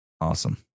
Awesome